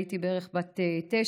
הייתי בערך בת תשע,